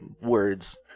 words